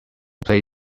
play